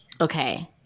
Okay